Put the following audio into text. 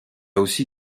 aussi